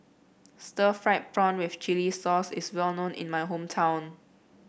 Stir Fried Prawn with Chili Sauce is well known in my hometown